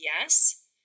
Yes